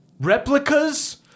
replicas